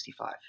1965